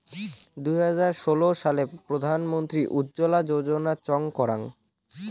দুই হাজার ষোলো সালে প্রধান মন্ত্রী উজ্জলা যোজনা চং করাঙ